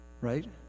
right